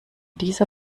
dieser